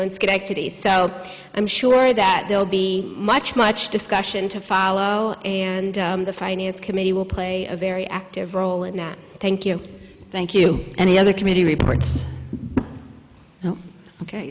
in schenectady so i'm sure that there will be much much discussion to follow and the finance committee will play a very active role in that thank you thank you and the other committee reports